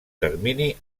termini